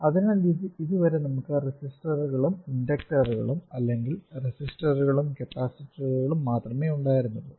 അതിനാൽ ഇതുവരെ നമുക്ക് റെസിസ്റ്ററുകളും ഇൻഡക്ടറുകളും അല്ലെങ്കിൽ റെസിസ്റ്ററുകളും കപ്പാസിറ്ററുകളും മാത്രമേ ഉണ്ടായിരുന്നുള്ളു